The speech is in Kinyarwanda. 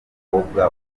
w’umukobwa